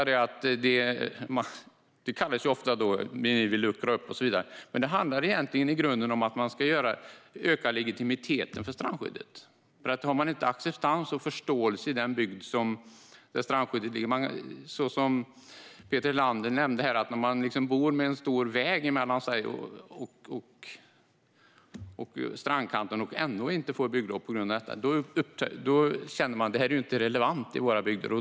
Det heter ofta att vi vill luckra upp och så vidare, men det handlar egentligen om att öka legitimiteten för strandskyddet. Det måste finnas acceptans och förståelse i den bygd där strandskyddet är. Om man, som Peter Helander nämnde här, bor med en stor väg mellan sig och strandkanten och ändå inte får bygglov känner man att "det här är inte relevant i våra bygder".